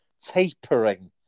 Tapering